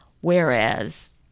whereas